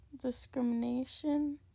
discrimination